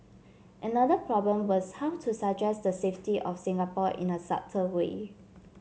another problem was how to suggest the safety of Singapore in a subtle way